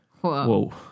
Whoa